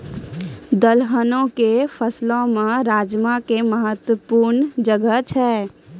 दलहनो के फसलो मे राजमा के महत्वपूर्ण जगह छै